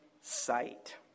sight